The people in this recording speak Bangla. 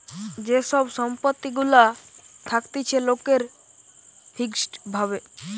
যে সব সম্পত্তি গুলা থাকতিছে লোকের ফিক্সড ভাবে